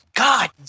God